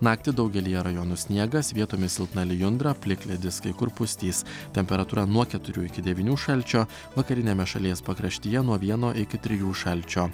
naktį daugelyje rajonų sniegas vietomis silpna lijundra plikledis kai kur pustys temperatūra nuo keturių iki devynių šalčio vakariniame šalies pakraštyje nuo vieno iki trijų šalčio